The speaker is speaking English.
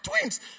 Twins